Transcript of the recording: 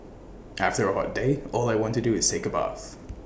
after A hot day all I want to do is take A bath